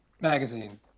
Magazine